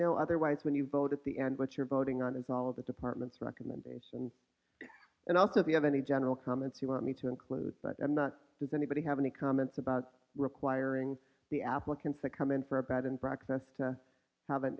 know otherwise when you vote at the end what you're voting on is all of the departments recommendations and also if you have any general comments you want me to include but i'm not does anybody have any comments about requiring the applicants that come in for a bed and breakfast have an